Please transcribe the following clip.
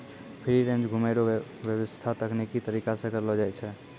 free range घुमै रो व्याबस्था तकनिकी तरीका से करलो जाय छै